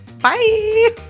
Bye